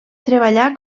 treballà